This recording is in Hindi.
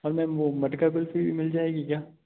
और मैम वो मटका कुल्फ़ी भी मिल जाएगी क्या